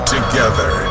Together